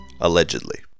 allegedly